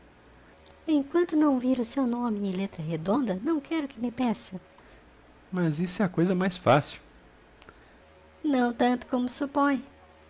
enquanto não vir o seu nome em letra redonda não quero que me peça mas isso é a coisa mais fácil não tanto como supõe